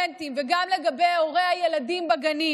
גם לגבי הזוגות והסטודנטים וגם לגבי הורי הילדים בגנים: